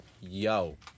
yo